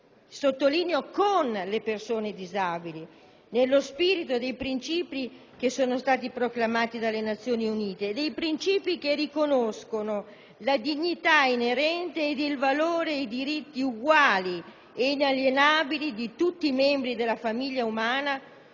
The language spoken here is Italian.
sottolineo "con" - le persone disabili, nello spirito dei principi proclamati dalle Nazioni Unite, principi che riconoscono la dignità inerente, il valore e i diritti uguali e inalienabili di tutti i membri della famiglia umana